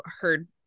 heard